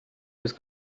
was